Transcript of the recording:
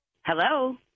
Hello